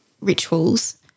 rituals